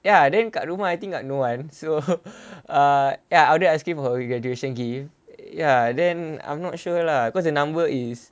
ya then kat rumah I think got no one so uh ya I ordered ice cream for her graduation gift ya then I'm not sure lah cause the number is